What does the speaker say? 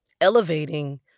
elevating